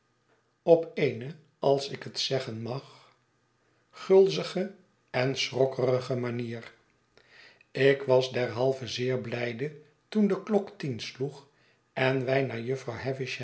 op eene als ik het zeggen mag gulzige en schrokkige manier ik was derhalve zeer blijde toen de klok tien sloeg en wij naar jufvrouw